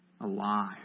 Alive